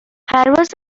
پرواز